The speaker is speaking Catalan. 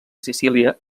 sicília